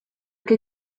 que